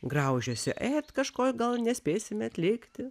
graužiasi ėt kažko gal nespėsime atlikti